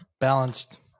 balanced